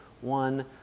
one